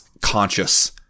conscious